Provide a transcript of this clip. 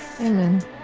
Amen